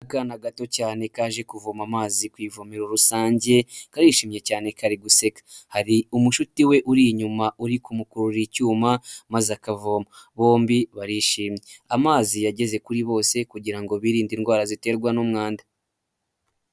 Akana gato cyane kaje kuvoma amazi ku ivomero rusange karishimye cyane kari guseka. Hari umucuti we uri inyuma uri kumukururira icyuma maze akavoma. Bombi barishimye amazi yageze kuri bose kugirango birinde indwara ziterwa n'umwanda.